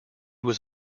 was